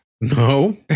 No